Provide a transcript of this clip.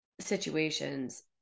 situations